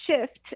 shift